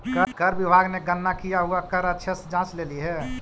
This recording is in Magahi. कर विभाग ने गणना किया हुआ कर अच्छे से जांच लेली हे